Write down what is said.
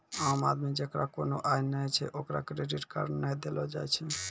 आम आदमी जेकरा कोनो आय नै छै ओकरा क्रेडिट कार्ड नै देलो जाय छै